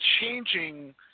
changing